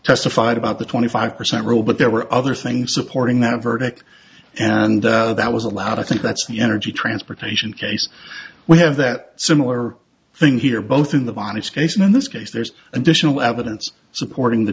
testified about the twenty five percent rule but there were other things supporting that verdict and that was a lot of think that's the energy transportation case we have that similar thing here both in the bonds case and in this case there's additional evidence supporting the